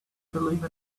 believe